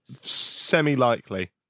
semi-likely